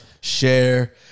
share